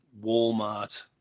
Walmart